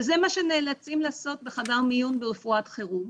שזה מה שנאלצים לעשות בחדר המיון וברפואת החירום